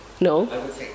no